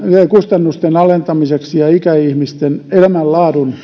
kustannusten alentamiseksi ja ikäihmisten elämänlaadun